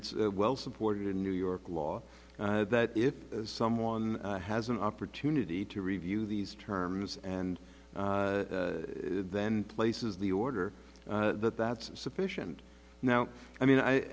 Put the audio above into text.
it's well supported in new york law that if someone has an opportunity to review these terms and then places the order that that's sufficient now i mean i